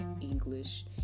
English